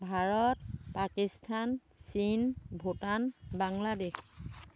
Bharat Pakistan Chin Bhutan Bangladesh